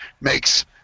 makes